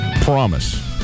Promise